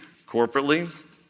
corporately